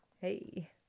Hey